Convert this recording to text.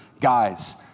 guys